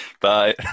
Bye